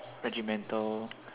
regimental